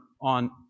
on